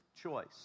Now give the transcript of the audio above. choice